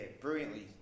brilliantly